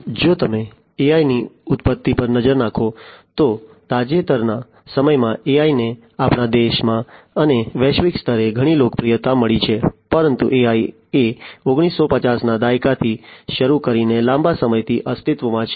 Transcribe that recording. જો તમે AI ની ઉત્પત્તિ પર નજર નાખો તો તાજેતરના સમયમાં AI ને આપણા દેશમાં અને વૈશ્વિક સ્તરે ઘણી લોકપ્રિયતા મળી છે પરંતુ AI એ 1950 ના દાયકાથી શરૂ કરીને લાંબા સમયથી અસ્તિત્વમાં છે